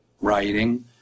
writing